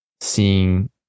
seeing